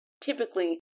typically